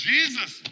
Jesus